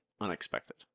unexpected